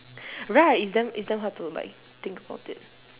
right it's damn it's damn hard to like think about it